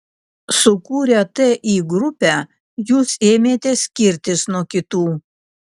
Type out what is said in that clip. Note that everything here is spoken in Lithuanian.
sukūrę ti grupę jūs ėmėte skirtis nuo kitų